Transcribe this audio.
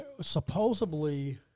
Supposedly